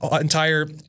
entire